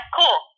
cool